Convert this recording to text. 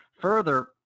Further